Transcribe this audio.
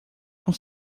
com